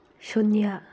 ꯁꯨꯅ꯭ꯌꯥ